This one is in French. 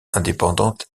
indépendante